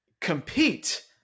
compete